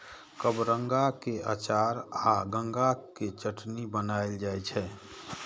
कबरंगा के अचार आ गंगा के चटनी बनाएल जाइ छै